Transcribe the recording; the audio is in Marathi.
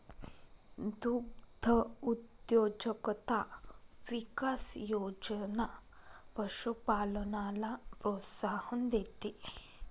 दुग्धउद्योजकता विकास योजना पशुपालनाला प्रोत्साहन देते